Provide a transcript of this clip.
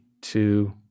Two